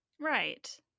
Right